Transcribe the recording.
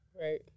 Right